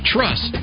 Trust